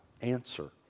answer